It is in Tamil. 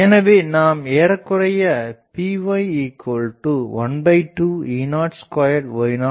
எனவே நாம் இதனை ஏறக்குறைய Py12E02 y0